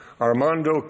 Armando